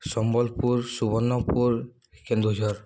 Sambalpur Subarnapur Keonjhar